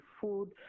food